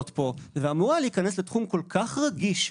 פה ואמור היה להיכנס לתחום כל כך רגיש,